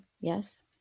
yes